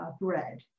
bread